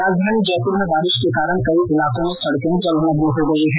राजधानी जयपुर में बारिश के कारण कई इलाको में सड़के जलमग्न हो गई है